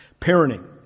Parenting